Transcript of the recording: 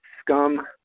scum